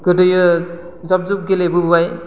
गोदोयो जाब जुब गेलेबोबाय